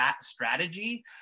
strategy